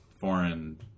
Foreign